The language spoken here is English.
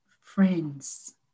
friends